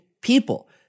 people